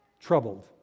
troubled